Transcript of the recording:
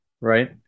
right